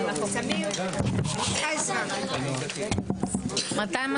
10:48.